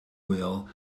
wheel